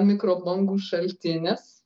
mikrobangų šaltinis